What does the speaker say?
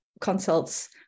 consults